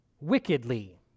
wickedly